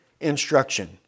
instruction